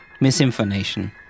Misinformation